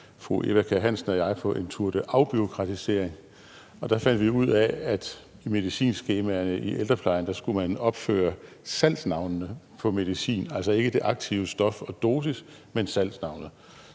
fru Eva Kjer Hansen og jeg på en tour de afbureaukratisering, og der fandt vi ud af, at man i medicinskemaerne i ældreplejen skulle opføre salgsnavnene på medicin, altså ikke det aktive stof og dosis, men salgsnavnet.